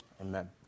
Amen